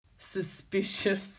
suspicious